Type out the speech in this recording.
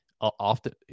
often